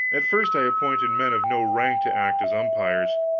at first i appointed men of no rank to act as umpires,